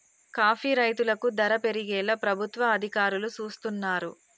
coffee రైతులకు ధర పెరిగేలా ప్రభుత్వ అధికారులు సూస్తున్నారు